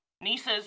nieces